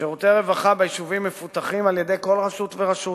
שירותי רווחה ביישובים מפותחים על-ידי כל רשות ורשות,